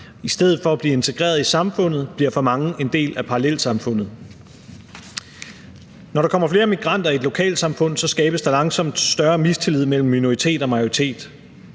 i stedet for at blive integreret i samfundet bliver for mange en del af parallelsamfundet. Når der kommer flere migranter i et lokalsamfund, skabes der langsomt større mistillid mellem minoritet og majoritet.